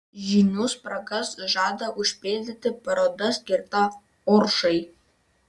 žinių spragas žada užpildyti paroda skirta oršai